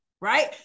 right